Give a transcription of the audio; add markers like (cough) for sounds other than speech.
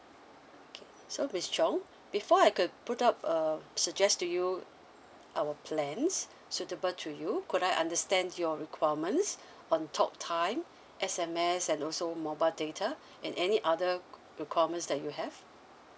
okay so miss chong before I could put up a suggest to you our plans suitable to you could I understand your requirements (breath) on talk time S_M_S and also mobile data (breath) and any other requirements that you have